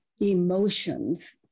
emotions